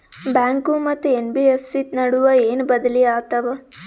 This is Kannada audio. ಬ್ಯಾಂಕು ಮತ್ತ ಎನ್.ಬಿ.ಎಫ್.ಸಿ ನಡುವ ಏನ ಬದಲಿ ಆತವ?